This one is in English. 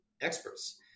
experts